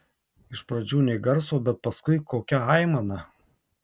iš pradžių nė garso bet paskui kokia aimana